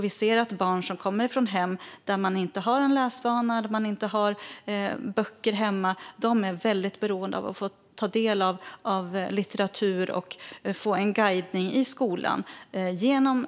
Vi ser att barn som kommer från hem där man inte har läsvana och inte har några böcker hemma är beroende av att få ta del av litteratur och få en guidning i skolan, till exempel genom